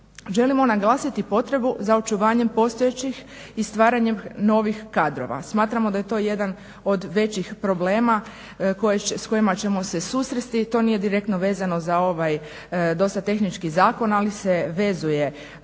Želimo naglasiti potrebu za očuvanjem postojećih i stvaranje novih kadrova. Smatramo da je to jedan od većih problema s kojima ćemo se susresti i to nije direktno vezano za ovaj dosta tehnički zakon, ali se vezuje